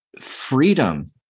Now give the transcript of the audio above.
freedom